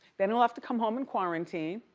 then he'll have to come home and quarantine,